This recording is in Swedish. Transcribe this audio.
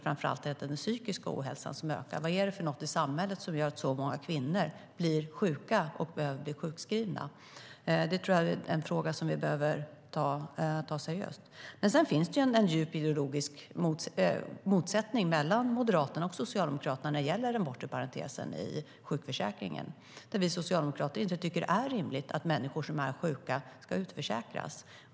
Framför allt är det den psykiska ohälsan som ökar. Vad är det i samhället som gör att så många kvinnor blir sjuka och behöver bli sjukskrivna? Det tror jag är en fråga som vi behöver ta seriöst. Sedan finns det en djup ideologisk motsättning mellan Moderaterna och Socialdemokraterna när det gäller den bortre parentesen i sjukförsäkringen. Vi socialdemokrater tycker inte att det är rimligt att människor som är sjuka ska utförsäkras.